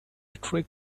trick